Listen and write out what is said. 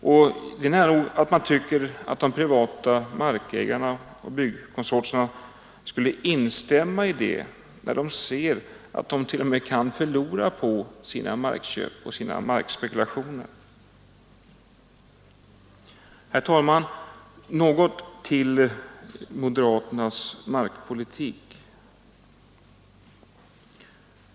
Man tycker nästan att de privata markägarna och byggkonsortierna borde instämma i detta, när de ser att de t.o.m. kan förlora på sina markköp och markspekulationer. Herr talman! Något om moderaternas markpolitik.